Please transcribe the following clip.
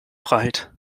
breit